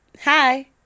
hi